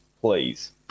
please